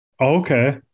Okay